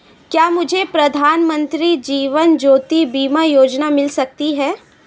क्या मुझे प्रधानमंत्री जीवन ज्योति बीमा योजना मिल सकती है?